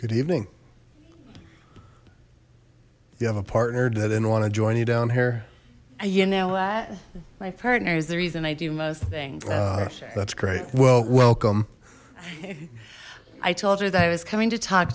good evening you have a partner that didn't want to join you down here you know what my partner is the reason i do most things that's great well welcome i told her that i was coming to talk